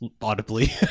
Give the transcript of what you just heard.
audibly